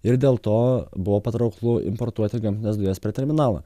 ir dėl to buvo patrauklu importuoti gamtines dujas per terminalą